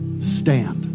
stand